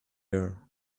air